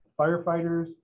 firefighters